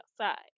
outside